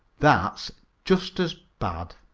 that's just as bad.